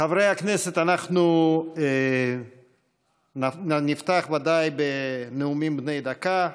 חברי הכנסת, אנחנו נפתח בוודאי בנאומים בני דקה.